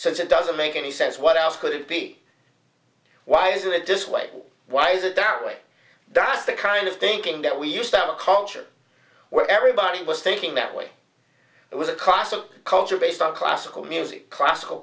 since it doesn't make any sense what else could it be why is it this way why is it that way that's the kind of thinking that we used our culture where everybody was thinking that way it was a cost of culture based on classical music classical